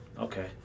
Okay